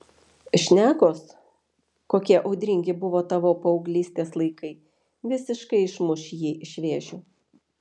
šnekos kokie audringi buvo tavo paauglystės laikai visiškai išmuš jį iš vėžių